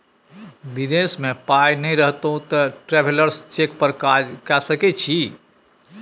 विदेश मे पाय नहि रहितौ तँ ट्रैवेलर्स चेक पर काज कए सकैत छी